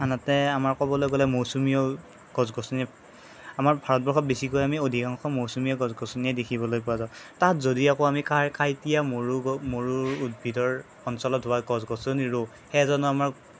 আনহাতে আমাৰ ক'বলৈ গ'লে মৌচুমীও গছ গছনি আমাৰ ভাৰতবৰ্ষত বেছিকৈ আমি অধিকাংশ মৌচুমীয় গছ গছনিয়েই দেখিবলৈ পোৱা যায় তাত যদি আকৌ আমি কাই কাঁইটীয়া মৰু মৰুৰ উদ্ভিদৰ অঞ্চলত হোৱা গছ গছনি ৰোওঁ সেয়া জানো আমাৰ